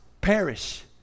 perish